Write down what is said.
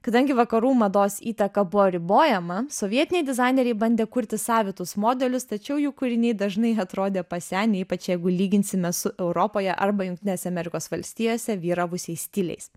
kadangi vakarų mados įtaka buvo ribojama sovietiniai dizaineriai bandė kurti savitus modelius tačiau jų kūriniai dažnai atrodė pasenę ypač jeigu lyginsime su europoje arba jungtinėse amerikos valstijose vyravusiais stiliais